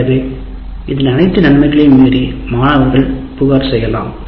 எனவே இதன் அனைத்து நன்மைகளையும் மீறி மாணவர்கள் புகார் செய்யலாம்